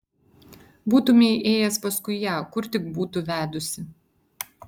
būtumei ėjęs paskui ją kur tik būtų vedusi